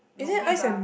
Monkey Bar